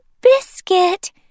Biscuit